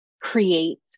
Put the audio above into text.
create